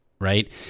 right